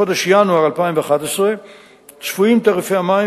בחודש ינואר 2011 צפויים תעריפי המים